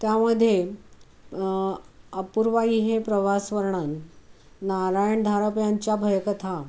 त्यामध्ये अपूर्वाई हे प्रवासवर्णन नारायण धारप यांच्या भयकथा